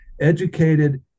educated